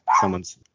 Someone's